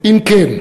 2. אם כן,